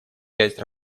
часть